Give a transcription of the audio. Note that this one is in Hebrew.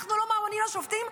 אנחנו לא מאמינים לשופטים,